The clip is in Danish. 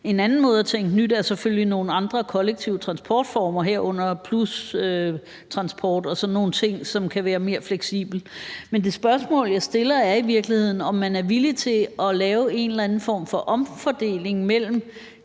En anden måde at tænke nyt på er selvfølgelig nogle andre kollektive transportformer, herunder plustransport og sådan nogle ting, som kan være mere fleksible. Men det spørgsmål, jeg stiller, er i virkeligheden, om man er villig til at lave en eller anden form for omfordeling mellem